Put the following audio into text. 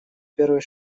первый